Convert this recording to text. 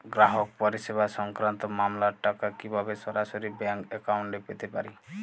গ্রাহক পরিষেবা সংক্রান্ত মামলার টাকা কীভাবে সরাসরি ব্যাংক অ্যাকাউন্টে পেতে পারি?